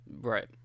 right